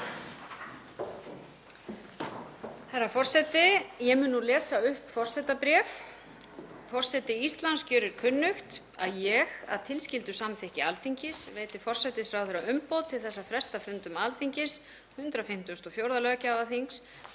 Herra forseti. Ég mun nú lesa upp forsetabréf. „Forseti Íslands gjörir kunnugt: Að ég, að tilskildu samþykki Alþingis, veiti forsætisráðherra umboð til þess að fresta fundum Alþingis, 154. löggjafarþings,